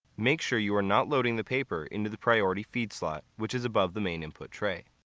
make sure you are not loading the paper into the priority feed slot which is above the main input tray.